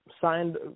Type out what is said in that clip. signed